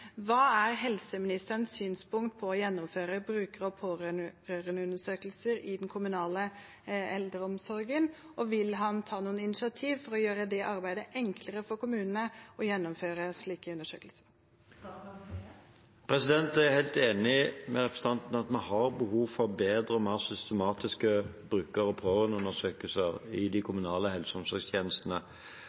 Hva er helseministerens synspunkt på å gjennomføre bruker- og pårørendeundersøkelser i den kommunale eldreomsorgen? Og vil han ta noen initiativ for å gjøre det enklere for kommunene å gjennomføre slike undersøkelser? Jeg er helt enig med representanten i at vi har behov for bedre og mer systematiske bruker- og pårørendeundersøkelser i de kommunale helse- og omsorgstjenestene.